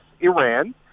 Iran